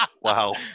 Wow